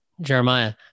Jeremiah